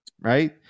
right